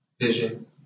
vision